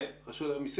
כן, רשות המיסים.